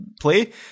play